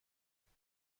بازی